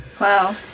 Wow